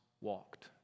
walked